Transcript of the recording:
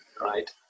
right